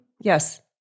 Yes